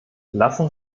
lassen